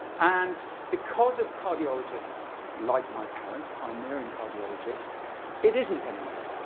and because of cardiologists like my parents pioneering cardiologists it isn't anymore.